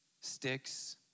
Sticks